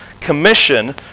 commission